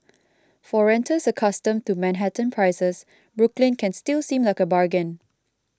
for renters accustomed to Manhattan prices Brooklyn can still seem like a bargain